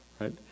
right